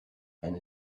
and